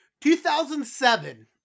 2007